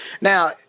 Now